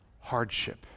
hardship